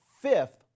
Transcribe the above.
fifth